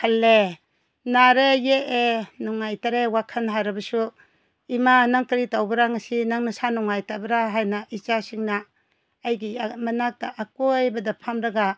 ꯈꯜꯂꯦ ꯅꯥꯔꯦ ꯌꯦꯛꯑꯦ ꯅꯨꯡꯉꯥꯏꯇꯔꯦ ꯋꯥꯈꯜ ꯍꯥꯏꯔꯕꯁꯨ ꯏꯃꯥ ꯅꯪ ꯀꯔꯤ ꯇꯧꯕꯔꯥ ꯉꯁꯤ ꯅꯪ ꯅꯁꯥ ꯅꯨꯡꯉꯥꯏꯇꯕꯔꯥ ꯍꯥꯏꯅ ꯏꯆꯥꯁꯤꯡꯅ ꯑꯩꯒꯤ ꯃꯅꯥꯛꯇ ꯑꯀꯣꯏꯕꯗ ꯐꯝꯂꯒ